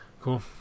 cool